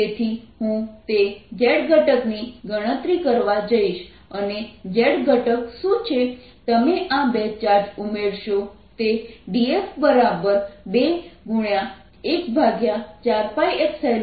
dF14π0q dqr2z232zzrx તેથી હું તે z ઘટકની ગણતરી કરવા જઈશ અને z ઘટક શું છે તમે આ બે ચાર્જ ઉમેરો તે dF 2